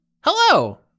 Hello